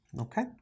Okay